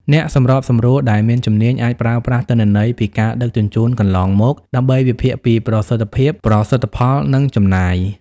អ្នកសម្របសម្រួលដែលមានជំនាញអាចប្រើប្រាស់ទិន្នន័យពីការដឹកជញ្ជូនកន្លងមក ដើម្បីវិភាគពីប្រសិទ្ធភាព ប្រសិទ្ធផល និងចំណាយ។